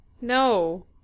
No